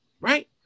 right